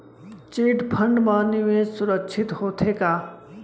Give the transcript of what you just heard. Chit fund मा निवेश सुरक्षित होथे का?